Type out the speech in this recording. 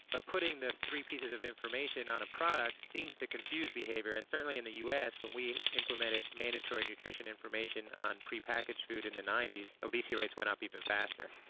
but putting the three pieces of information on a product seems to confuse behaviour and certainly in the us when we implemented mandatory nutrition information on pre-packaged food in the ninety s obesity rates went up faster.